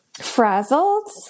frazzled